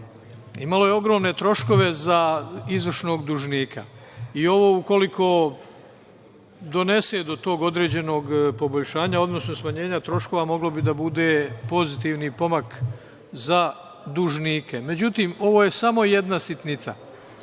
imalo je ogromne troškove za izvršnog dužnika. Ovo ukoliko donese do tog određenog poboljšanja, odnosno smanjenja troškova, moglo bi da bude pozitivni pomak za dužnike.Međutim, ovo je samo jedna sitnica.